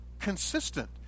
consistent